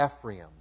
Ephraim